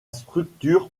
structure